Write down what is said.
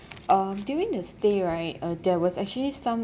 um during the stay right uh there was actually some